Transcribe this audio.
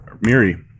Miri